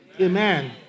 Amen